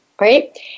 right